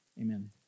amen